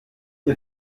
dir